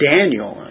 Daniel